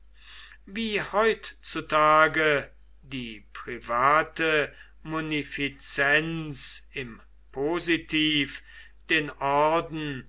wie heutzutage die private munifizenz im positiv den orden